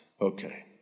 Okay